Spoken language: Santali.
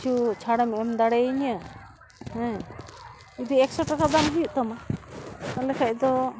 ᱠᱤᱪᱷᱩ ᱪᱷᱟᱲᱮᱢ ᱮᱢ ᱫᱟᱲᱮᱭᱟᱹᱧᱟᱹ ᱦᱮᱸ ᱡᱮ ᱮᱠᱥᱚ ᱴᱟᱠᱟ ᱵᱟᱝ ᱦᱩᱭᱩᱜ ᱛᱟᱢᱟ ᱛᱟᱞᱦᱮ ᱠᱷᱟᱱ ᱫᱚ